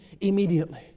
immediately